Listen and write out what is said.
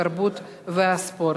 התרבות והספורט.